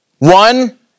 One